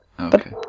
Okay